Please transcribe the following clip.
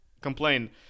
complain